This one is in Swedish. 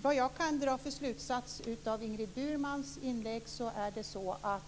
Utifrån de slutsatser jag kan dra av Ingrid Burmans inlägg är det så att